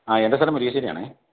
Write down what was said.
ആ എൻ്റെ സ്ഥലം മുരിക്കശ്ശേരിയാണെ